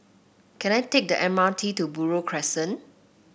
can I take the M R T to Buroh Crescent